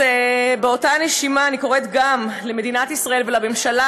ובאותה נשימה אני קוראת גם למדינת ישראל ולממשלה